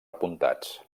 apuntats